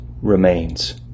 remains